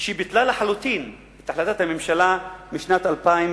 שביטלה לחלוטין את החלטת הממשלה משנת 2002